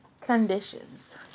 conditions